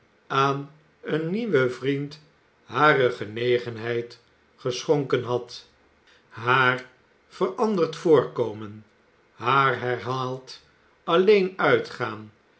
aan een nieuwen vriend hare genegenheid geschonken had haar veranderd voorkomen haar herhaald alleen uitgaan